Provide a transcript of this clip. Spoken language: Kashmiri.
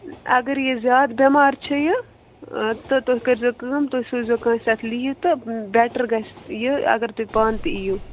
اگر یہِ زیادٕ بیٚمار چھُ یہِ تہٕ تُہۍ کٔرۍزیو کٲم تُہۍ سوٗززیٚو کانٛسہِ ہیٚتھ لیٖو تہٕ بیٚٹَر گَژھِ یہِ اگر تُہۍ پانہٕ تہِ یِیِو